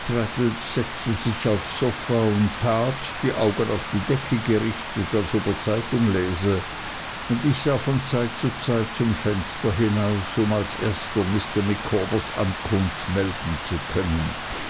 setzte sich aufs sofa und tat die augen auf die decke gerichtet als ob er die zeitung läse und ich sah von zeit zu zeit zum fenster hinaus um als erster mr micawbers ankunft melden zu können